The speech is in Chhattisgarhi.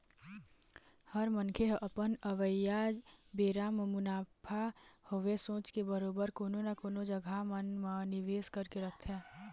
हर मनखे ह अपन अवइया बेरा म मुनाफा होवय सोच के बरोबर कोनो न कोनो जघा मन म निवेस करके रखथे